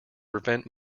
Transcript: prevent